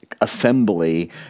assembly